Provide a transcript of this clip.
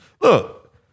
Look